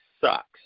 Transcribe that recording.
sucks